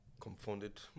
confounded